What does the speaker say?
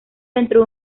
dentro